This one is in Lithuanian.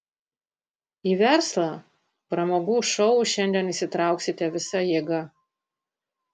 į verslą pramogų šou šiandien įsitrauksite visa jėga